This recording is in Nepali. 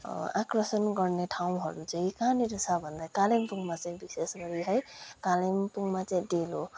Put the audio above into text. आकर्षण गर्ने ठाउँहरू चाहिँ कहाँनिर छ भन्दा कालिम्पोङमा चाहिँ विषेश गरि है कालिम्पोङमा चाहिँ डेलो